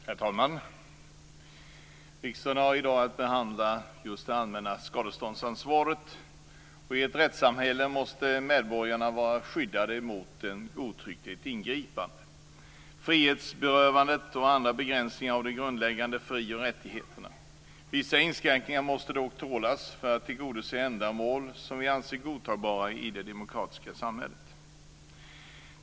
Herr talman! Riksdagen har i dag att behandla det allmänna skadeståndsansvaret. I ett rättssamhälle måste medborgarna vara skyddade mot godtyckliga ingripanden, frihetsberövanden och andra begränsningar av de grundläggande fri och rättigheterna. Vissa inskränkningar måste dock tålas för att tillgodose ändamål som vi anser godtagbara i det demokratiska samhället.